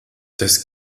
das